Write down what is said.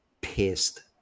pissed